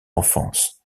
enfance